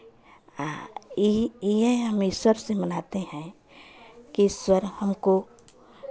आ इहे इहे हम ईश्वर से मनाते हैं कि ईश्वर हमको